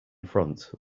front